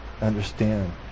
understand